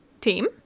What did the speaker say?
team